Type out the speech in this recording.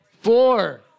four